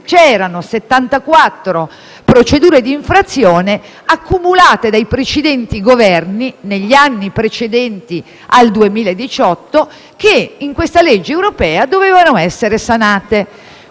c'erano 74 procedure d'infrazione accumulate dai precedenti Governi negli anni precedenti al 2018, che in questa legge europea dovevano essere sanate.